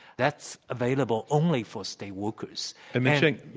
that's available only for state workers. and minxin,